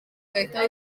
ugahita